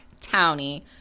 townie